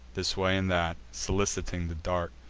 this way and that, soliciting the dart,